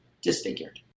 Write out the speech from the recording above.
disfigured